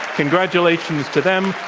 congratulations to them.